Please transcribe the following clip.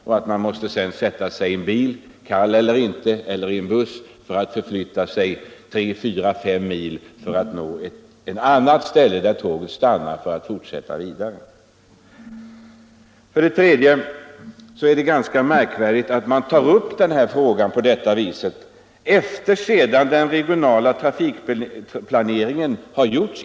Människorna måste då sätta sig i en mer eller mindre utkyld bil eller buss för att resa tre, fyra eller fem mil till en station där tåget stannar och ta tåget därifrån. Vidare är det ganska märkligt att man tagit upp denna fråga sedan det inom länet har gjorts en regional trafikplanering.